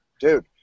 dude